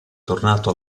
tornato